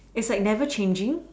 is like never changing